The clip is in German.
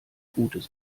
gutes